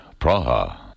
Praha